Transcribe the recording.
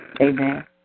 Amen